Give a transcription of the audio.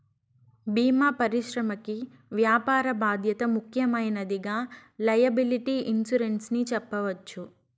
భీమా పరిశ్రమకి వ్యాపార బాధ్యత ముఖ్యమైనదిగా లైయబిలిటీ ఇన్సురెన్స్ ని చెప్పవచ్చు